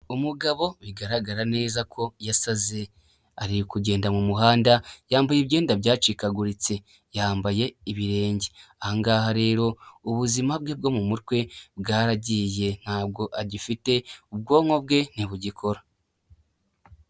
Umugabo bigaragara neza ko yasaze ari kugenda mu muhanda yambuye imyenda byacikaguritse yambaye ibirenge, aha ngaha rero ubuzima bwe bwo mu mutwe bwaragiye ntabwo agifite ubwonko bwe ntibugikora.